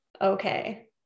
Okay